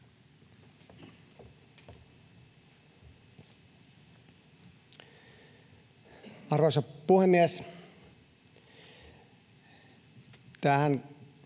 Arvoisa puhemies! Tähän